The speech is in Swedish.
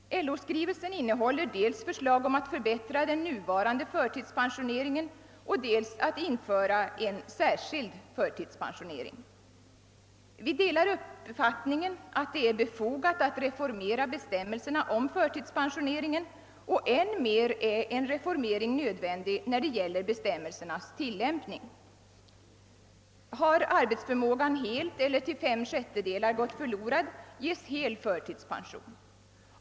LO-skrivelsen innehåller dels förslag om att förbättra den nuvarande förtidspensioneringen, dels om att införa en »särskild förtidspensionering». Vi delar uppfattningen att det är befogat att reformera bestämmelserna om förtidspensioneringen, och än mer är en reformering nödvändig när det gäller bestämmelsernas tillämpning. Har arbetsförmågan helt eller till 5/6 gått förlorad, ges hel förtidspension.